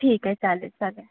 ठीक आहे चालेल चालेल